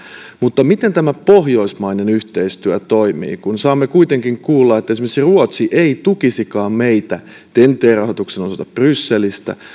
mutta olisin kysynyt teiltä miten pohjoismainen yhteistyö toimii kun saamme kuitenkin kuulla että esimerkiksi ruotsi ei tukisikaan meitä ten t rahoituksen osalta brysselissä